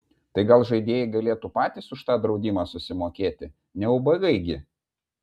tai gal žaidėjai galėtų patys už tą draudimą susimokėti ne ubagai gi